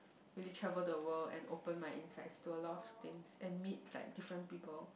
really travel the world and open my insights to a lot of things and meet like different people